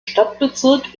stadtbezirk